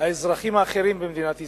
האזרחים האחרים במדינת ישראל,